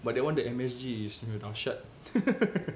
but that one the M_S_G dashyat